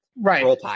Right